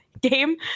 game